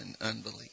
unbelief